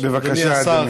אדוני השר,